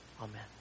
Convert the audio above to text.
Amen